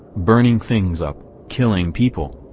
burning things up, killing people.